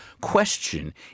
question